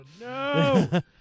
No